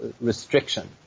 restriction